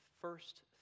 first